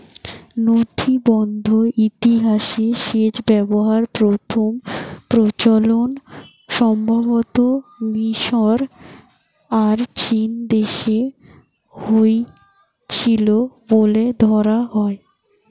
নথিবদ্ধ ইতিহাসে সেচ ব্যবস্থার প্রথম প্রচলন সম্ভবতঃ মিশর আর চীনদেশে হইছিল বলে ধরা হয়